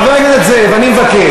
חבר הכנסת זאב, אני מבקש.